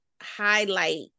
highlight